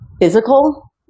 physical